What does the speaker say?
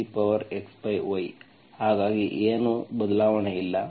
ಹಾಗಾಗಿ ಏನೂ ಇಲ್ಲ ಬದಲಾವಣೆ ಇಲ್ಲ